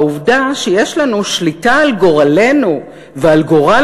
העובדה שיש לנו שליטה על גורלנו ועל גורל